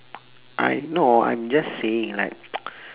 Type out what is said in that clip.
I know I'm just saying like